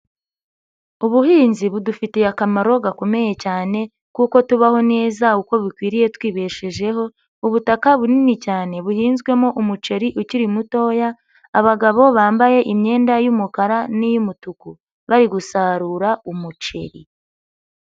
Ubuhinzi budufitiye akamaro gakomeye cyane kuko tubaho neza uko bikwiriye twibeshejeho, ubutaka bunini cyane buhinzwemo umuceri ukiri mutoya, abagabo bambaye imyenda y'umukara n'iy'umutuku bari gusarura umuceri.